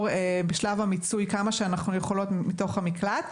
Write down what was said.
בשלב המיצוי כמה שאנחנו יכולות מתוך המקלט.